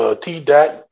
T-Dot